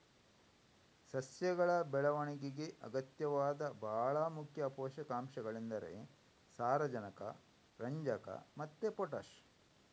ಸಸ್ಯಗಳ ಬೆಳವಣಿಗೆಗೆ ಅಗತ್ಯವಾದ ಭಾಳ ಮುಖ್ಯ ಪೋಷಕಾಂಶಗಳೆಂದರೆ ಸಾರಜನಕ, ರಂಜಕ ಮತ್ತೆ ಪೊಟಾಷ್